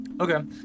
Okay